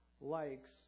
likes